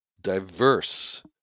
diverse